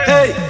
Hey